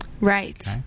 Right